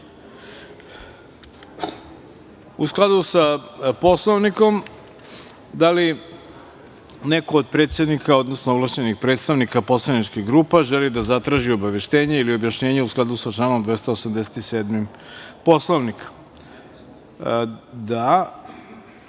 skladu sa Poslovnikom, da li neko od predstavnika, odnosno ovlašćenih predstavnika poslaničkih grupa želi da zatraži obaveštenje ili objašnjenje u skladu sa članom 287. Poslovnika?